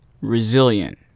resilient